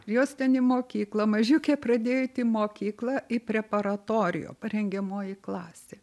jos ten į mokyklą mažiukė pradėjo eit į mokyklą į preparatorijo parengiamoji klasė